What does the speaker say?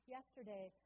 Yesterday